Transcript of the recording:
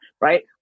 right